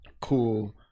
cool